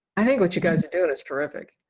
i think what you guys are doing is terrific.